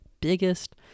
biggest